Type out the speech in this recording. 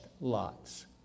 lots